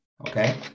okay